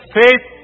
faith